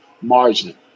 margin